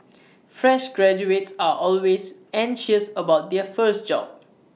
fresh graduates are always anxious about their first job